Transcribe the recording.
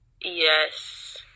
Yes